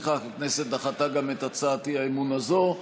לפיכך הכנסת דחתה גם את הצעת האי-אמון הזאת.